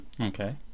Okay